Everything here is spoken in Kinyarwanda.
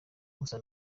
gusa